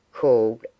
called